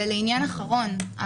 ולעניין אחרון,